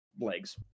legs